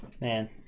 man